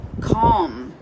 calm